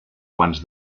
abans